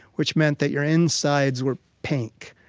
which meant that your insides were pink.